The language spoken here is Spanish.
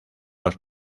los